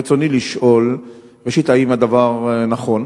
רצוני לשאול: 1. ראשית, האם הדבר נכון?